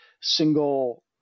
single